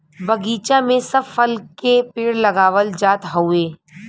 बगीचा में सब फल के पेड़ लगावल जात हउवे